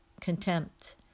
contempt